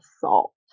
salt